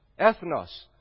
ethnos